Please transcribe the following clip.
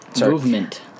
Movement